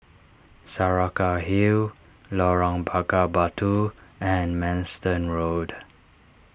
Saraca Hill Lorong Bakar Batu and Manston Road